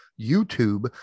YouTube